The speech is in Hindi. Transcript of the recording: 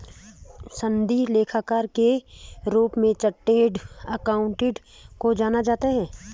सनदी लेखाकार के रूप में चार्टेड अकाउंटेंट को जाना जाता है